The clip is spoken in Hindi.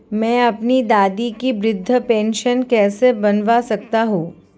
मैं अपनी दादी की वृद्ध पेंशन कैसे बनवा सकता हूँ?